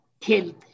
killed